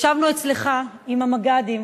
ישבנו אצלך עם המג"דים,